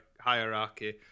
hierarchy